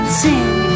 sing